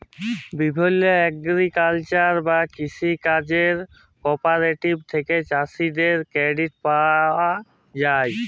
বিভিল্য এগ্রিকালচারাল বা কৃষি কাজ কোঅপারেটিভ থেক্যে চাষীদের ক্রেডিট পায়া যায়